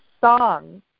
songs